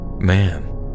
man